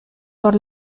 por